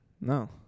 no